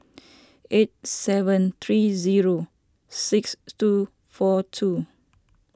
eight seven three zero six two four two